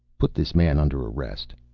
put this man under arrest.